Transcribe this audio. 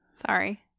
sorry